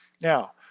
Now